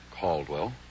Caldwell